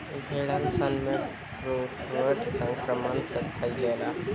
भेड़सन में फुट्रोट एगो बिमारी हवे आ इ जीवाणु के चलते संक्रमण से फइले ला